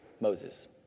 Moses